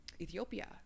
Ethiopia